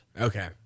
Okay